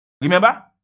Remember